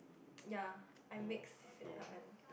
ya I mixed it up and